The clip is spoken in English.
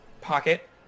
pocket